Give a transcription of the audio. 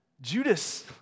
Judas